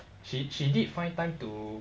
she she did find time to